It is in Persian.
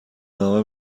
نامه